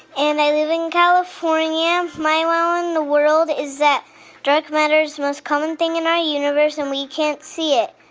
and i live in california. my wow in the world is that dark matter's the most common thing in our universe, and we can't see it.